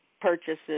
purchases